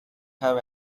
have